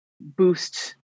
boost